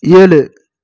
ஏழு